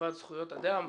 לטובת זכויות אדם,